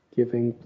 giving